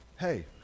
Hey